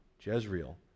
Jezreel